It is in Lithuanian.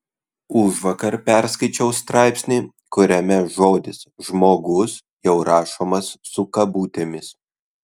užvakar perskaičiau straipsnį kuriame žodis žmogus jau rašomas su kabutėmis